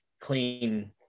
clean